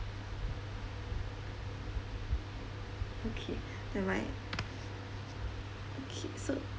okay never mind okay so